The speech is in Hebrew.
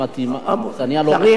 אם צריך לתקן,